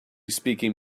speaking